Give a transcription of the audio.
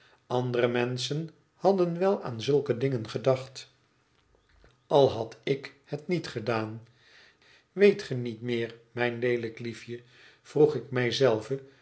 andere menschen hadden wel aan zulke dingen gedacht al had ik het niet gedaan weet ge niet meer mijn leelijk liefje vroeg ik mij